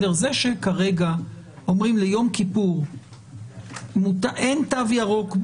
זה שכרגע אומרים שביום כיפור אין תו ירוק,